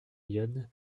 yonne